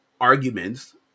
arguments